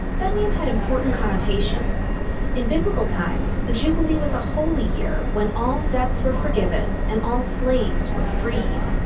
that name had important connotations in biblical times, the jubilee was a holy year when all debts were forgiven and all slaves were freed.